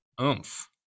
oomph